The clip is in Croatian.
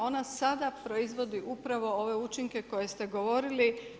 Ona sada proizvodi upravo ove učinke koje ste govorili.